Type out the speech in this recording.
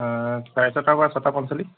চাৰে ছটাৰ পৰা ছটা পঞ্চলিছ